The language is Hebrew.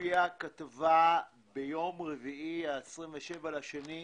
הופיעה כתבה ביום רביעי, ה-27.2,